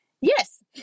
Yes